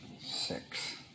Six